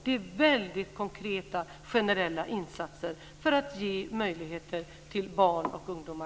Det är väldigt konkreta generella insatser för att ge bra uppväxtmöjligheter för barn och ungdomar.